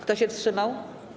Kto się wstrzymał?